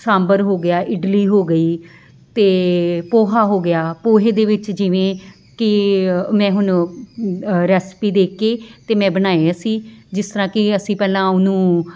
ਸਾਂਭਰ ਹੋ ਗਿਆ ਇਡਲੀ ਹੋ ਗਈ ਅਤੇ ਪੋਹਾ ਹੋ ਗਿਆ ਪੋਹੇ ਦੇ ਵਿੱਚ ਜਿਵੇਂ ਕਿ ਮੈਂ ਹੁਣ ਰੈਸਪੀ ਦੇਖ ਕੇ ਅਤੇ ਮੈਂ ਬਣਾਏ ਸੀ ਜਿਸ ਤਰ੍ਹਾਂ ਕਿ ਅਸੀਂ ਪਹਿਲਾਂ ਉਹਨੂੰ